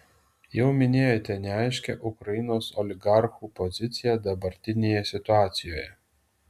jau minėjote neaiškią ukrainos oligarchų poziciją dabartinėje situacijoje